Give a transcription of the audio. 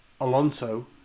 Alonso